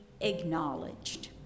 acknowledged